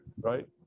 right